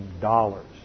dollars